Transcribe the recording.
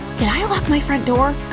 did i lock my front door?